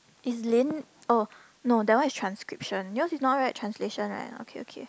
is Lin oh no that one is transcription yours is not like translation right okay okay